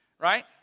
right